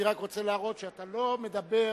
אני רק רוצה להראות שאתה לא מדבר